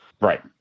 Right